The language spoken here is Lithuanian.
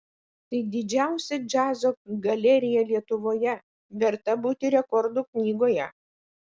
tai didžiausia džiazo galerija lietuvoje verta būti rekordų knygoje